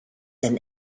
than